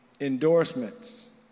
endorsements